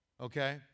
Okay